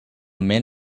man